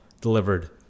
delivered